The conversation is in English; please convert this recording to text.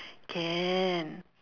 can